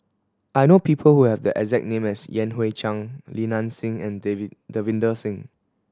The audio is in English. I know people who have the exact name as Yan Hui Chang Li Nanxing and Davinder Singh